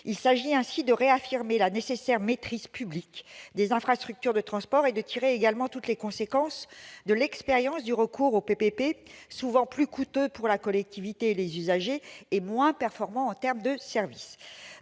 Il s'agit ainsi de réaffirmer la nécessaire maîtrise publique des infrastructures de transport et de tirer toutes les conséquences de l'expérience du recours au partenariat public-privé, souvent plus coûteux pour la collectivité et les usagers et moins performant en termes de services.